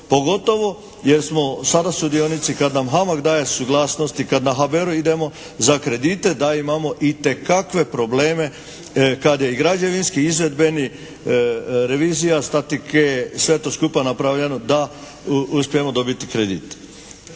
pogotovo jer smo sada sudionici kad nam HAMAG daje suglasnost i kad na HBOR-u idemo za kredite da imamo itekakve probleme kad je i građevinski i izvedbeni revizija statike i sve to skupa napravljeno da uspijemo dobiti kredit.